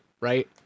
right